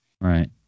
Right